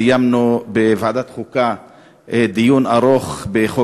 סיימנו בוועדת החוקה דיון ארוך בחוק